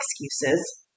excuses